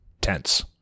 tense